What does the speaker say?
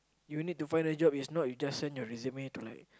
you need to find a job is not just you just send your resume to like